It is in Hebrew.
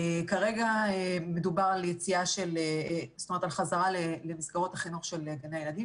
כרגע מדובר על החזרה למסגרות החינוך של גני ילדים,